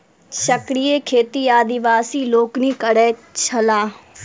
चक्रीय खेती आदिवासी लोकनि करैत छलाह